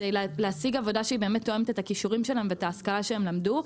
כדי להשיג עבודה שהיא באמת תואמת את הכישורים שלהם ואת ההשכלה שהם למדו.